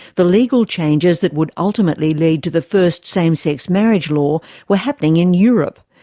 the legal changes that would ultimately lead to the first same-sex marriage law were happening in europe.